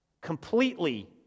completely